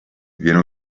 viene